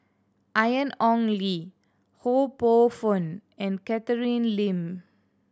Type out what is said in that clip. Ian Ong Li Ho Poh Fun and Catherine Lim